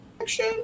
action